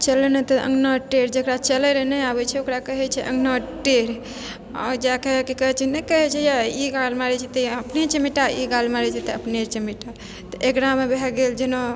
चले नहि तऽ अङ्गना टेढ़ जकरा चले रऽ नहि आबै छै ओकरा कहै छै अङ्गना टेढ़ आओर जा कऽ कि कहै छै नहि कहै छै यै ई गाल मारै छी तऽ अपने चमेटा ई गाल मारै छी तऽ अपने चमेटा तऽ एकरामे भए गेल जेना